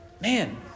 Man